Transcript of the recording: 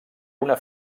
una